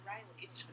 Riley's